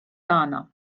tagħna